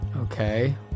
Okay